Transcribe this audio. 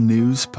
News